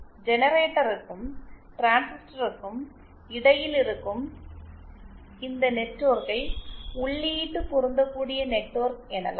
ஜெனரேட்டருக்கும் டிரான்சிஸ்டருக்கும் இடையில் இருக்கும் இந்த நெட்வொர்க்கை உள்ளீட்டு பொருந்தக்கூடிய நெட்வொர்க் எனலாம்